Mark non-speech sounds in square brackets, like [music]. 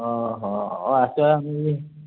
ହଁ ହଁ ଆସ [unintelligible]